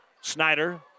Snyder